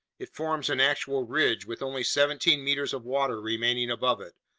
it forms an actual ridge with only seventeen meters of water remaining above it,